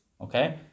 okay